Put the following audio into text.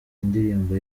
indirimbo